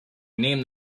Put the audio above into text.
name